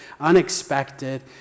unexpected